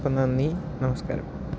അപ്പോൾ നന്ദി നമസ്ക്കാരം